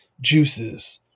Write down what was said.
juices